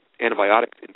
antibiotics